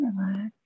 relax